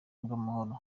bw’amahoro